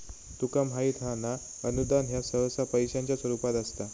तुका माहित हां ना, अनुदान ह्या सहसा पैशाच्या स्वरूपात असता